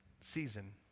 season